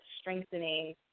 strengthening